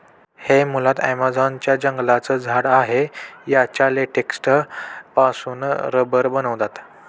हे मुळात ॲमेझॉन च्या जंगलांचं झाड आहे याच्या लेटेक्स पासून रबर बनवतात